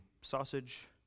sausage